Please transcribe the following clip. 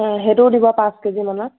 সেইটোও দিব পাঁচ কেজিমানৰ